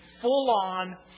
full-on